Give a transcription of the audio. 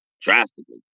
drastically